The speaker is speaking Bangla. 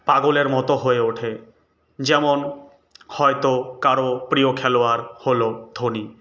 পাগলের মতো হয়ে ওঠে যেমন হয়তো কারও প্রিয় খেলোয়াড় হল ধোনি